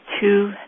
two